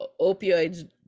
Opioids